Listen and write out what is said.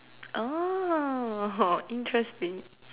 oh interesting